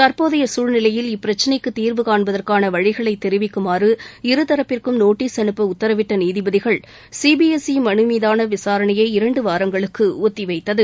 தற்போதைய சூழ்நிலையில் இப்பிரச்சினைக்கு தீர்வுகாண்பதற்கான வழிகளை தெரிவிக்குமாறு இருதரப்பிற்கும் நோட்டீஸ் அனுப்ப உத்தரவிட்ட நீதிபதிகள் சிபிஎஸ்ஈ மனு மீதான விசாரணையை இரண்டு வாரங்களுக்கு ஒத்திவைத்தது